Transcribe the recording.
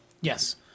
Yes